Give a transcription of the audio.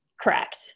correct